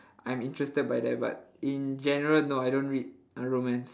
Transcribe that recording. I'm interested by that but in general no I don't read uh romance